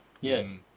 Yes